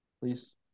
please